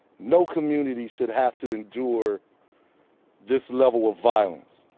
no community should have to endure this level of violence.